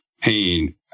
pain